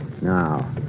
Now